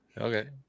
Okay